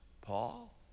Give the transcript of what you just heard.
Paul